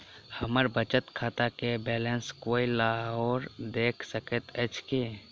हम्मर बचत खाता केँ बैलेंस कोय आओर देख सकैत अछि की